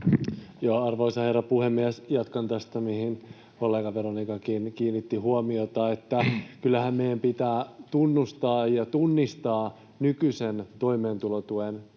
Arvoisa herra puhemies! Jatkan tästä, mihin kollega Veronikakin kiinnitti huomiota, että kyllähän meidän pitää tunnustaa ja tunnistaa nykyisen toimeentulotuen tilanne.